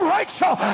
Rachel